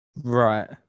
Right